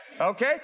Okay